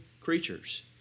creatures